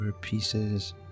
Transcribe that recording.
pieces